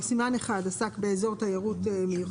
ג' ו-ד' בפרק ג' סימן אחד עסק באזור תיירות מיוחד,